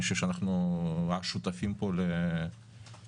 אני חושב שאנחנו שותפים פה למצב,